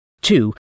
Two